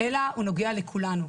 אלא הוא נוגע לכולנו.